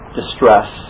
distress